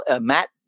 Matt